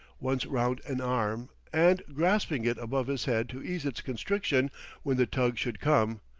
once round an arm, and, grasping it above his head to ease its constriction when the tug should come,